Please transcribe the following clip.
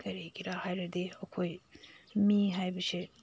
ꯀꯔꯤꯒꯤꯔ ꯍꯥꯏꯔꯗꯤ ꯑꯩꯈꯣꯏ ꯃꯤ ꯍꯥꯏꯕꯁꯦ